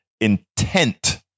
intent